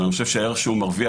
אבל אני חושב שהערך שהוא מרוויח,